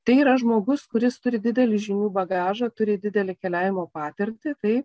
tai yra žmogus kuris turi didelį žinių bagažą turi didelę keliavimo patirtį taip